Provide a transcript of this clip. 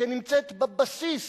שנמצאת בבסיס